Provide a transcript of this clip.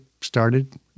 started